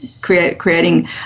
creating